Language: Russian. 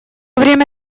время